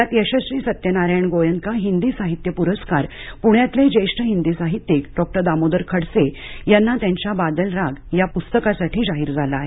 यात यशश्री सत्यनारायण गोयंका हिंदी साहित्य पुरस्कार पुण्यातले ज्येष्ठ हिंदी साहित्यिक डॉक्टर दामोदर खडसे यांना त्यांच्या बादल राग या पुस्तकासाठी जाहीर झाला आहे